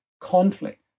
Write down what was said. conflict